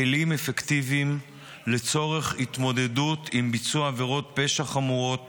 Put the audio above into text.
כלים אפקטיביים לצורך התמודדות עם ביצוע עבירות פשע חמורות